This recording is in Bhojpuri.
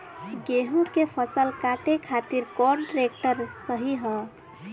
गेहूँ के फसल काटे खातिर कौन ट्रैक्टर सही ह?